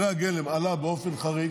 חומרי הגלם עלה באופן חריג,